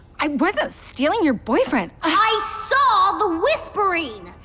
i wasn't stealing your boyfriend. i saw the whispering,